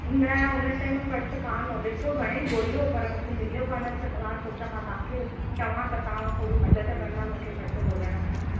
न हुन time purse कान हुओ ॾिठो घणेई ॻोल्यो पर मूंखे मिल्यो कान त मां सोचियमि मां तव्हांखे चवां त तव्हां थोरी मदद कंदा मूंखे पर्स ॻोलण में